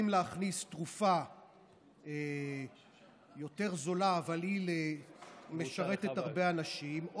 אם להכניס תרופה יותר זולה אבל שהיא משרתת הרבה אנשים,